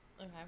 Okay